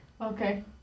Okay